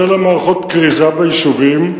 אשר למערכות כריזה ביישובים,